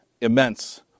immense